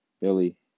Billy